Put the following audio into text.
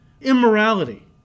immorality